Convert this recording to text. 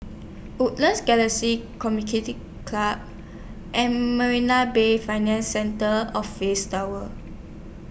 Woodlands Galaxy Club and Marina Bay Financial Centre Office Tower